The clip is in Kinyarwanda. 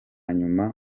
nyuma